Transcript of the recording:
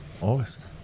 august